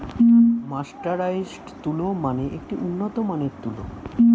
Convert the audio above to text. mercerised তুলো মানে একটি উন্নত মানের তুলো